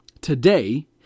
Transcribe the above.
Today